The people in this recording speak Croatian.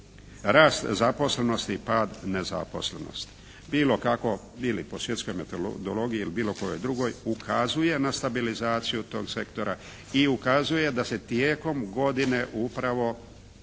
rast zaposlenosti i pad nezaposlenosti. Bilo kako bili po svjetskoj metodologiji ili po bilo kojoj drugoj ukazuje na stabilizaciju tog sektora i ukazuje da se tijekom godine upravo